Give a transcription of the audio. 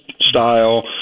style